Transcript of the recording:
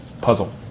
puzzle